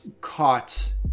caught